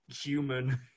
human